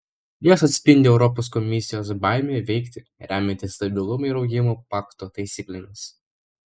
jos atspindi europos komisijos baimę veikti remiantis stabilumo ir augimo pakto taisyklėmis